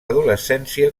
adolescència